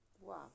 Wow